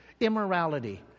immorality